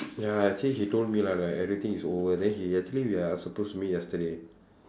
ya actually he told me lah like everything is over then he actually we are supposed to meet yesterday